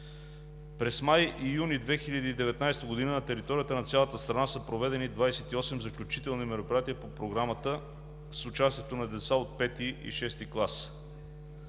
май и юни 2019 г. на територията на цялата страна са проведени 28 заключителни мероприятия по Програмата с участието на деца от 5-и и 6-и клас.